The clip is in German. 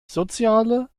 soziale